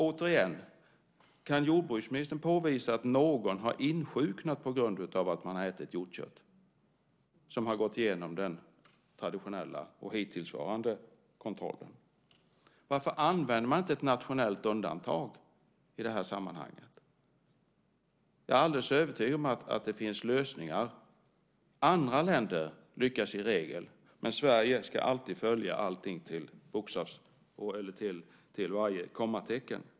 Återigen: Kan jordbruksministern påvisa att någon har insjuknat på grund av att man har ätit hjortkött som har gått igenom den traditionella och hittillsvarande kontrollen? Varför använder man inte ett nationellt undantag i det här sammanhanget? Jag är helt övertygad om att det finns lösningar. Andra länder lyckas i regel, men Sverige ska alltid följa allting till varje kommatecken.